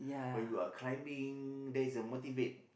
when you are climbing then is a motivate